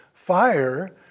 Fire